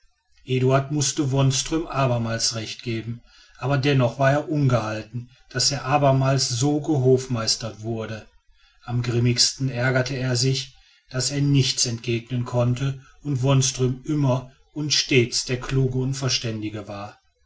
eduard mußte wonström abermals recht geben aber dennoch war er ungehalten daß er abermals so gehofmeistert wurde am grimmigsten ärgerte er sich daß er nichts entgegnen konnte und wonström immer und stets der kluge und verständige war